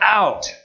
out